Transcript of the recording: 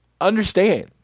understand